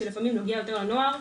שלפעמים קרוב לאותו נוער.